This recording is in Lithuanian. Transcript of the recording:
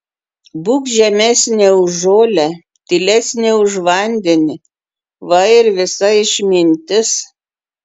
būk žemesnė už žolę tylesnė už vandenį va ir visa išmintis